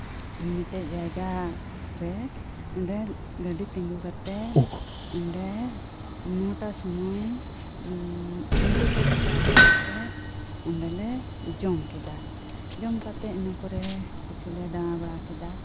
ᱢᱤᱫᱴᱮᱡ ᱡᱟᱭᱜᱟ ᱨᱮ ᱚᱸᱰᱮ ᱜᱟᱹᱰᱤ ᱛᱤᱸᱜᱩ ᱠᱟᱛᱮᱜ ᱚᱸᱰᱮ ᱱᱚᱴᱟ ᱥᱩᱢᱟᱹᱭ ᱱᱤᱡᱮ ᱛᱮ ᱫᱟᱠᱟ ᱩᱛᱩ ᱠᱟᱛᱮᱜ ᱚᱸᱰᱮᱞᱮ ᱡᱚᱢᱠᱮᱫᱟ ᱡᱚᱢᱠᱟᱛᱮᱜ ᱤᱱᱟᱹᱠᱚᱨᱮ ᱠᱤᱪᱷᱩᱞᱮ ᱫᱟᱬᱟ ᱵᱟᱲᱟᱠᱮᱫᱟ